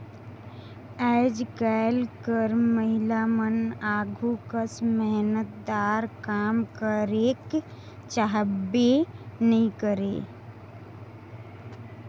आएज काएल कर महिलामन आघु कस मेहनतदार काम करेक चाहबे नी करे